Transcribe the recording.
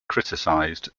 criticized